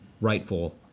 rightful